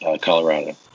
Colorado